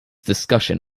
discussion